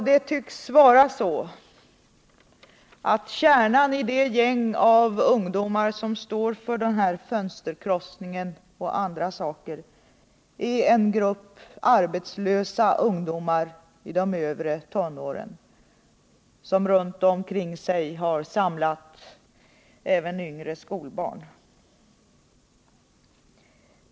Det tycks vara så att kärnan av det gäng av ungdomar som står för fönsterkrossning och andra saker är en grupp arbetslösa ungdomar i de övre tonåren, som runt omkring sig har samlat yngre skolbarn.